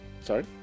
Sorry